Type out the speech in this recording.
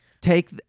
take